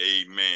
Amen